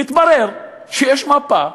מתברר שיש מפה,